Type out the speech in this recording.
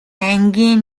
ангийн